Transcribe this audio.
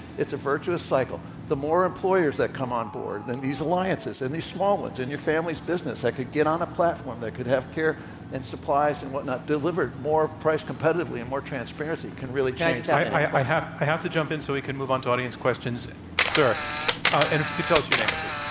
it's a virtuous cycle. the more employers that come on board than these alliances, and these small ones and your family's business, they could get on a platform. they could have care and supplies and what not delivered more price competitively and more transparently transparency can really kind of i have i have to jump in so we can move on to audience questions and so and if you could tell us your name, too,